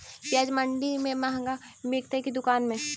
प्याज मंडि में मँहगा बिकते कि दुकान में?